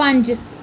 पंज